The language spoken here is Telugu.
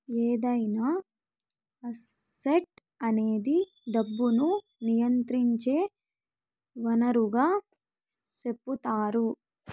ఏదైనా అసెట్ అనేది డబ్బును నియంత్రించే వనరుగా సెపుతారు